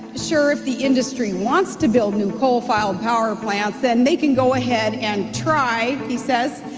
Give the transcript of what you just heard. sure, if the industry wants to build new coal-fired power plants, then they can go ahead and try, he says.